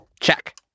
Check